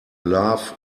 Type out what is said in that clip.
love